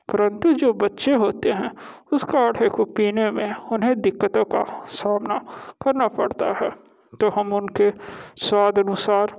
परंतु जो बच्चे होते हैं उस काढ़े को पीने में उन्हें दिक्कतों का सामना करना पड़ता है तो हम उनके स्वाद अनुसार